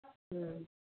ꯎꯝ